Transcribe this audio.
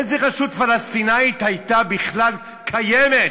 איזו רשות פלסטינית הייתה בכלל קיימת